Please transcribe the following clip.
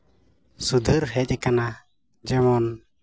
ᱥᱩᱫᱷᱟᱹᱨ ᱦᱮᱡ ᱠᱟᱱᱟ ᱡᱮᱢᱚᱱ